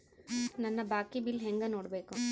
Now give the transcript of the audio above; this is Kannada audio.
ನನ್ನ ಬಾಕಿ ಬಿಲ್ ಹೆಂಗ ನೋಡ್ಬೇಕು?